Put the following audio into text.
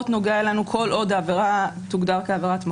נוגע לנו כל עוד העבירה תוגדר כעבירת מקור,